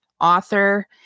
author